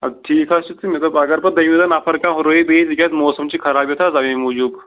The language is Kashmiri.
اَدٕ ٹھیٖک حظ چھُ تہٕ مےٚ دوٚپ اگر بہٕ دوٚیمہِ دۄہ نَفر کانٛہہ ہُرٲوِو بیٚیہِ تِکیٛازِ موسم چھُ خراب یَتھ حظ اَمےَ موٗجوٗب